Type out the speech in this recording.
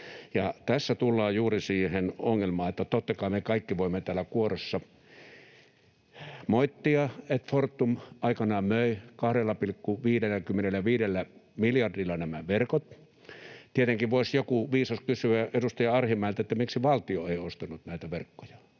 Tässä tullaan juuri siihen ongelmaan, että totta kai me kaikki voimme täällä kuorossa moittia, että Fortum aikoinaan möi 2,55 miljardilla nämä verkot. Tietenkin voisi joku viisas kysyä edustaja Arhinmäeltä, miksi valtio ei ostanut näitä verkkoja.